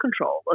control